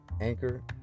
Anchor